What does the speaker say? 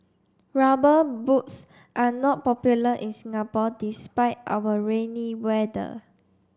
rubber boots are not popular in Singapore despite our rainy weather